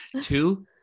two